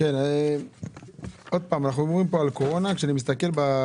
רואה את הסיפור של הקורונה בהצעה.